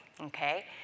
okay